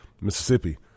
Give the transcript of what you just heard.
Mississippi